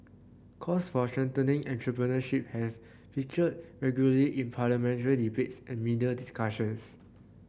calls for strengthening entrepreneurship have featured regularly in parliamentary debates and media discussions